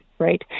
Right